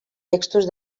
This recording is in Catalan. textos